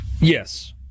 Yes